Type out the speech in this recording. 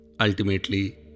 ultimately